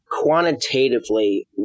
quantitatively